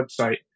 website